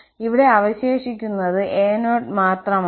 ഇവിടെ അവശേഷിക്കുന്നത് a0 മാത്രമാണ്